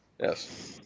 yes